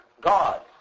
God